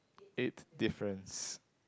eight difference